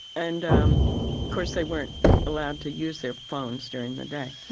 and um course, they weren't allowed to use their phones during the day,